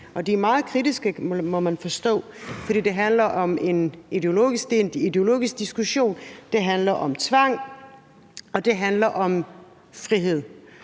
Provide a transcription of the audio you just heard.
og de er meget kritiske, må man forstå, for det er en ideologisk diskussion. Det handler om tvang, og det handler om frihed.